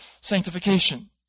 sanctification